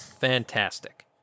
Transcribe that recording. Fantastic